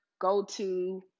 go-to